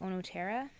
Onotera